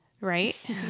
right